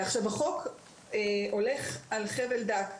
החוק הולך על חבל דק,